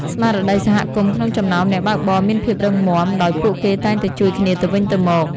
ស្មារតីសហគមន៍ក្នុងចំណោមអ្នកបើកបរមានភាពរឹងមាំ ដោយពួកគេតែងតែជួយគ្នាទៅវិញទៅមក។